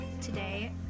today